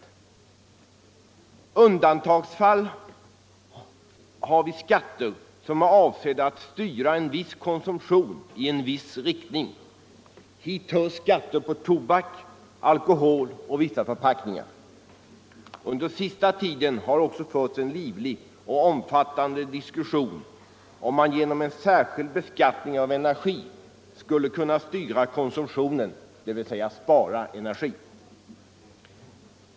I undantagsfall har vi skatter som är avsedda att styra en konsumtion i en viss riktning. Hit hör skatter på tobak, alkohol och en del förpackningar. Under den senaste tiden har också förts en livlig och omfattande diskussion om huruvida man genom en särskild beskattning av energi skulle kunna styra konsumtionen, dvs. spara energi.